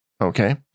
Okay